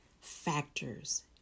factors